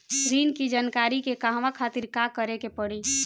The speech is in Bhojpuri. ऋण की जानकारी के कहवा खातिर का करे के पड़ी?